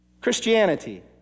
Christianity